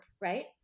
right